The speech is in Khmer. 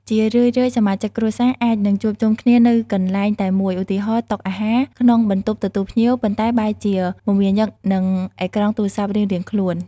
ជារឿយៗ សមាជិកគ្រួសារអាចនឹងជួបជុំគ្នានៅកន្លែងតែមួយ ឧទាហរណ៍ តុអាហារ ក្នុងបន្ទប់ទទួលភ្ញៀវ ប៉ុន្តែបែរជា មមាញឹកនឹងអេក្រង់ទូរស័ព្ទរៀងៗខ្លួន។